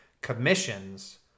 commissions